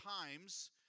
times